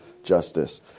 justice